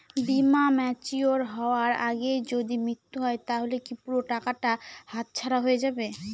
বীমা ম্যাচিওর হয়ার আগেই যদি মৃত্যু হয় তাহলে কি পুরো টাকাটা হাতছাড়া হয়ে যাবে?